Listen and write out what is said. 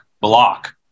block